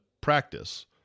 practice